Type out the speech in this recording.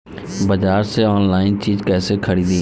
बाजार से आनलाइन चीज कैसे खरीदी?